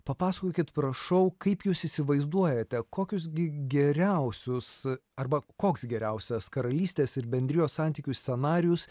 papasakokit prašau kaip jūs įsivaizduojate kokius gi geriausius arba koks geriausias karalystės ir bendrijos santykių scenarijus